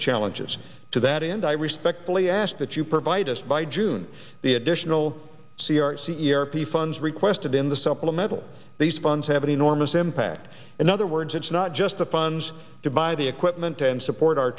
challenges to that end i respectfully ask that you provide us by june the additional c r c earpiece funds requested in the supplemental these funds have an enormous impact in other words it's not just the funds to buy the equipment and support our